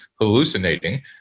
hallucinating